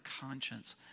conscience